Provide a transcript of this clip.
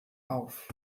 auf